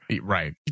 Right